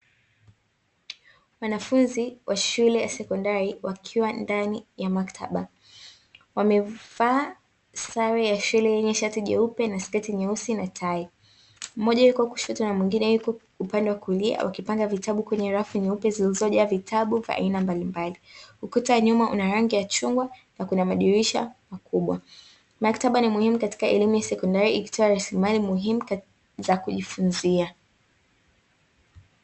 Wanafunzi wa shule ya sekondari wakiwa ndani ya maktaba wamevaa sare ya mashati meupe na sketi nyeusi, na tai, mmoja akiwa kushoto na mwingine yuko upande wa kulia ukifanya vitabu kwenye rasmi nyeupe zilizojaa vitabu vya aina mbalimbali ukuta nyuma una rangi ya chungwa na kuna madirisha makubwa maktaba ni muhimu katika elimu ya sekondari ikitoa rasilimali muhimu katika kujifunza.